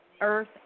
earth